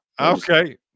okay